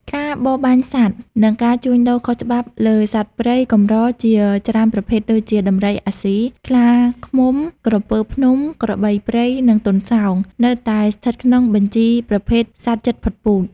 ការបរបាញ់សត្វ និងការជួញដូរខុសច្បាប់លើសត្វព្រៃកម្រជាច្រើនប្រភេទ ដូចជា ដំរីអាស៊ី ខ្លាឃ្មុំ ក្រពើភ្នំ ក្របីព្រៃ និងទន្សោង នៅតែស្ថិតក្នុងបញ្ជីប្រភេទសត្វជិតផុតពូជ។